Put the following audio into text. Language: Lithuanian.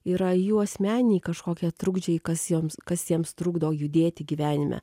yra jų asmeniniai kažkokie trukdžiai kas joms kas jiems trukdo judėti gyvenime